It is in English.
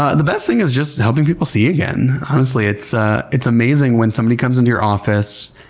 ah the best thing is just helping people see again. honestly, it's ah it's amazing when somebody comes into your office,